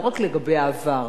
לא רק לגבי העבר,